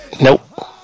Nope